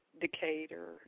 Decatur